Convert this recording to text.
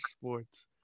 Sports